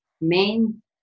main